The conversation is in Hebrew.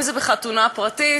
אם זה בחתונה פרטית,